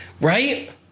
Right